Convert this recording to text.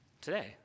today